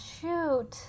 shoot